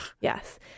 Yes